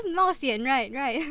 because more 咸 right right